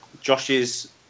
Josh's